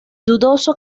dudoso